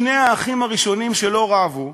שני האחים הראשונים שלא רבו,